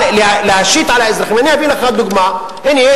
אני אביא לך דוגמה: הנה,